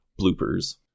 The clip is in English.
bloopers